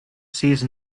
cease